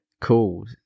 Cool